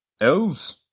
Elves